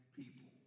people